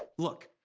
look,